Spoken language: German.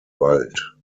wald